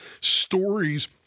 stories—